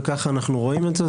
וכך אנחנו רואים את זה,